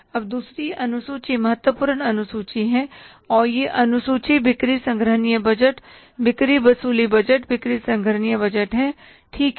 अब दूसरी अनुसूची महत्वपूर्ण अनुसूची है और यह अनुसूची बिक्री संग्रहनिय बजट बिक्री वसूली बजट बिक्री संग्रहनिय बजट है ठीक है